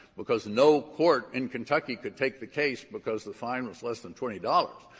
because no court in kentucky could take the case because the fine was less than twenty dollars.